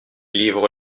livres